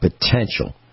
potential